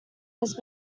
his